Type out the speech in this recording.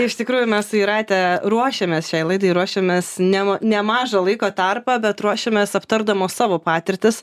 iš tikrųjų mes su jūrate ruošiamės šiai laidai ruošiamės nem nemažą laiko tarpą bet ruošiamės aptardamos savo patirtis